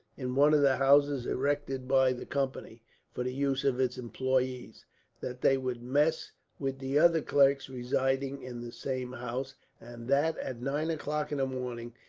in one of the houses erected by the company for the use of its employees that they would mess with the other clerks residing in the same house and that, at nine o'clock in the morning,